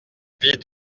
vie